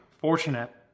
fortunate